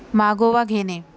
मागोवा घेणे